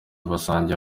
basangiye